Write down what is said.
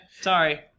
Sorry